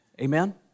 Amen